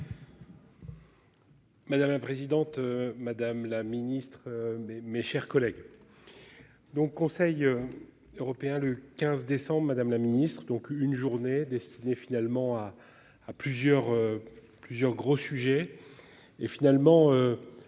Madame la présidente, madame la Ministre, mes, mes chers collègues. Donc, Conseil. Européen le 15 décembre Madame la Ministre donc une journée destinée finalement à à plusieurs. Plusieurs